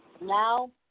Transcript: Now